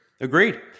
Agreed